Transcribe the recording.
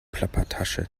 plappertasche